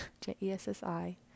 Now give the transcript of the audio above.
J-E-S-S-I